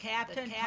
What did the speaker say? Captain